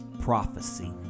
prophecy